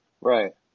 Right